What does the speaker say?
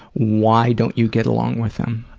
why don't you get along with them?